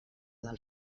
del